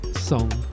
song